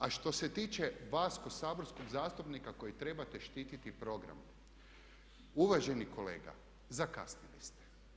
A što se tiče vas kao saborskog zastupnika koji trebate štititi program uvaženi kolega zakasnili ste.